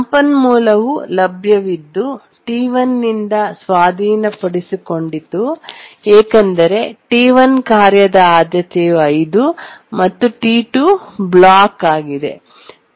ಸಂಪನ್ಮೂಲವು ಲಭ್ಯವಿದ್ದು T1 ನಿಂದ ಸ್ವಾಧೀನಪಡಿಸಿಕೊಂಡಿತು ಏಕೆಂದರೆ T1 ಕಾರ್ಯದ ಆದ್ಯತೆಯು 5 ಮತ್ತು T2 ಬ್ಲಾಕ್ ಆಗಿದೆ